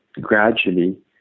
gradually